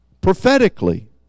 prophetically